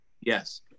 Yes